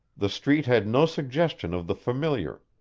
the street had no suggestion of the familiar,